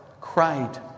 cried